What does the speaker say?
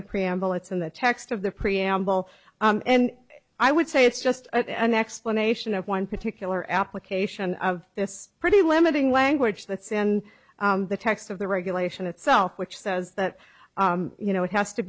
the preamble it's in the text of the preamble and i would say it's just an explanation of one particular application of this pretty limiting language that's in the text of the regulation itself which says that you know it has to